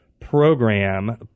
program